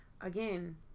again